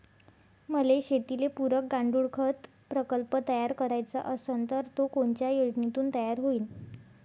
मले शेतीले पुरक गांडूळखत प्रकल्प तयार करायचा असन तर तो कोनच्या योजनेतून तयार होईन?